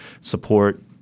support